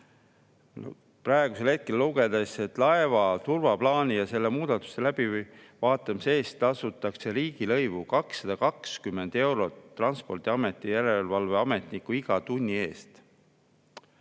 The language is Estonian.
Praegusel hetkel loen, et laeva turvaplaani ja selle muudatuse läbivaatamise eest tasutakse riigilõivu 220 eurot Transpordiameti järelevalveametniku iga tunni eest.